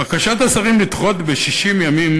בקשת השרים לדחות ב-60 ימים